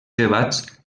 debats